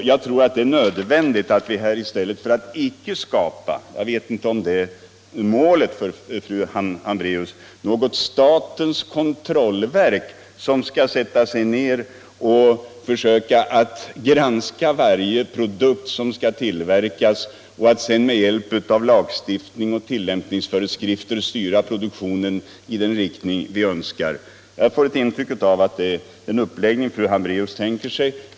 Jag vet inte om det är målet för fru Hambraeus att vi skall skapa något statens kontrollverk där man skall försöka granska varje produkt som tillverkas och sedan med hjälp av lagstiftning och tillämpningsföreskrifter styra produktionen i den riktning som vi önskar, men jag får intryck av att det är en sådan uppläggning fru Hambraeus tänker sig.